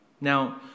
Now